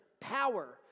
power